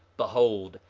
behold,